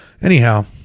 Anyhow